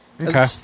Okay